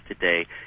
today